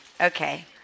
Okay